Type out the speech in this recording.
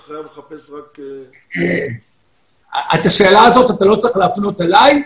את השאלה הזאת אתה לא צריך להפנות אליי.